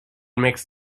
makes